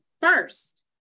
first